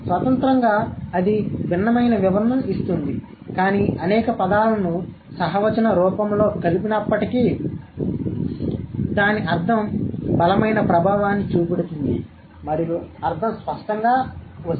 స్వతంత్రంగా అది భిన్నమైన వివరణను ఇస్తుంది కానీ అనేక పదాలను సహ వచన రూపంలో కలిపినప్పుడు దాని అర్థం బలమైన ప్రభావాన్ని చూపుతుంది మరియు అర్థం స్పష్టంగా వస్తుంది